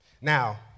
Now